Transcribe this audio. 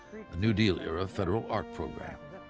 new deal era federal art program.